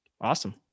Awesome